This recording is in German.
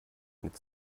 mit